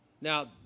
Now